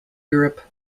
europe